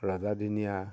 ৰজাদিনীয়া